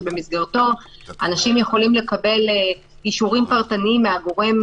שבמסגרתו אנשים יכולים לקבל אישורים פרטניים מהגורם,